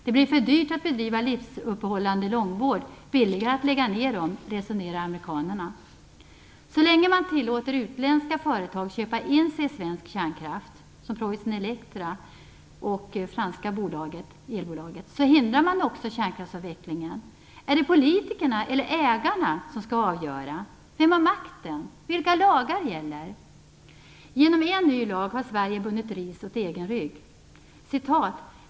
Det blir för dyrt att bedriva livsuppehållande långvård, billigare att lägga ned dem, resonerar amerikanerna. Så länge man tillåter utländska företag köpa in sig i svensk kärnkraft, som det franska elbolaget, hindrar man också kärnkraftsavvecklingen. Är det politikerna eller ägarna som skall avgöra? Vem har makten? Genom en ny lag har Sverige bundit ris åt egen rygg.